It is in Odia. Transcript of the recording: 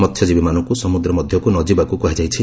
ମସ୍ୟଜୀବୀମାନଙ୍କୁ ସମୁଦ୍ର ମଧ୍ୟକୁ ନ ଯିବାକୁ କୁହାଯାଇଛି